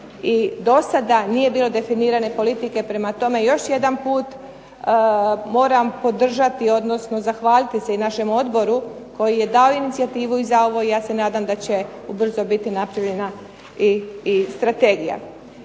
do sada nije bilo definirane politike. Prema tome, još jedan put moram podržati, odnosno zahvaliti se i našem odboru koji je dao inicijativu i za ovo i ja se nadam da će ubrzo biti napravljena i strategija.